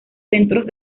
centros